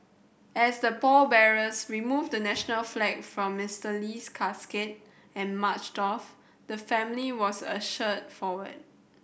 as the pallbearers removed the national flag from Mister Lee's casket and marched off the family was ushered forward